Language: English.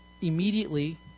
immediately